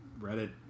Reddit